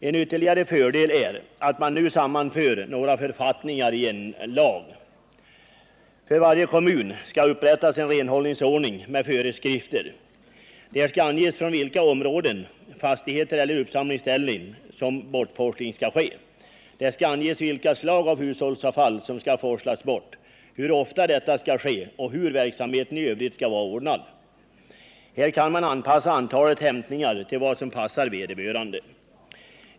En ytterligare fördel är att man nu sammanför några författningar i en lag. För varje kommun skall upprättas en renhållningsordning med föreskrif Nr 167 ter. Där skall anges från vilka områden, fastigheter eller uppsamlingsställen som bortforsling skall ske. Det skall vidare anges vilka slag av hushållsavfall som skall forslas bort, hur ofta bortforsling skall ske och hur verksamheten i övrigt skall vara ordnad. Här kan man anpassa antalet hämtningar till vad som passar vederbörande.